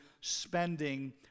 spending